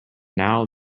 now